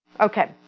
Okay